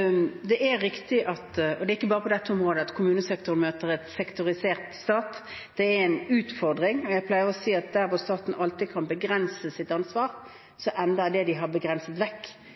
Det er riktig – og det er ikke bare på dette området – at kommunesektoren møter en sektorisert stat. Det er en utfordring. Jeg pleier å si at der hvor staten alltid kan begrense sitt ansvar, ender det med at kommunene får ansvar for det man har begrenset